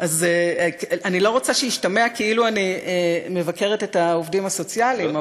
אני לא רוצה שישתמע כאילו אני מבקרת את העובדים הסוציאליים,